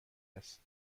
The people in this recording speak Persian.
است